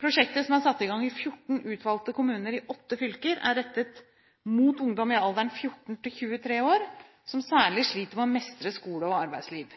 Prosjektet, som er satt i gang i 14 utvalgte kommuner i åtte fylker, er rettet mot ungdom i alderen 14–23 år som særlig sliter med å mestre skole og arbeidsliv.